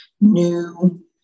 new